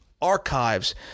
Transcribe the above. archives